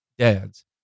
dads